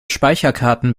speicherkarten